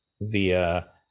via